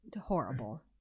horrible